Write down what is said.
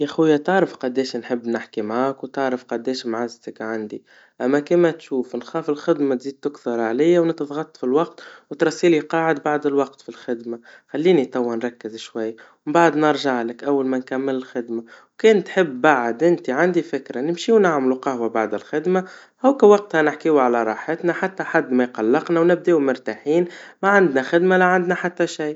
ياخويا تعرف قديش نحب نحكي معاك, وتعرف قديش معزتك عندي, أما كي ما تشوف نخاف الخدمة تزيد تكثر عليا ونضغط في الوقت وترسي نقعد بعد الوقت في الخدمة, خليني توا نركز شوي, ومن بعد نرجعلك أول ما نكمل الخدمة, وإن كان تحب بعد انت عندي فكرا, نمشيوا نعملوا قهوة بعد الخدما, هوكا وقتا نحكيوا على راحتنا حتى حد ما يقلقنا ونبديو مرتاحين, ما عندنا خدمة لا عندنا حتى عندنا شي.